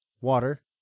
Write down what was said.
Water